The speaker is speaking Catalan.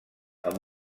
amb